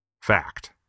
Fact